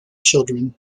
children